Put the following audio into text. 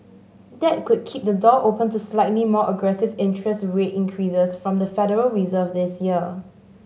that could keep the door open to slightly more aggressive interest rate increases from the Federal Reserve this year